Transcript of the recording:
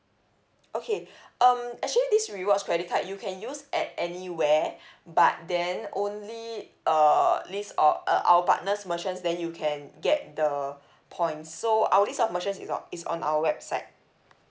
okay um actually this rewards credit card you can use at anywhere but then only uh list of uh our partners merchants then you can get the points so our list of merchant is on is on our website